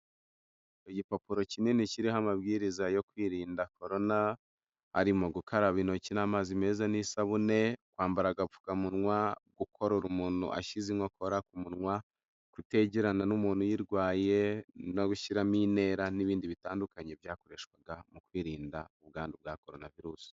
Igipapuro kinini kiriho amabwiriza yo kwirinda korona harimo: gukaraba intoki n'amazi meza n'isabune, kwambara agapfukamunwa, gukorora umuntu ashyize inkokora ku munwa, kutegerana n'umuntu uyirwaye, no gushyiramo intera n'ibindi bitandukanye byakoreshwaga mu kwirinda ubwandu bwa Korona virusi.